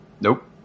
nope